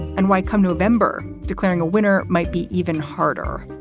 and why come november, declaring a winner might be even harder.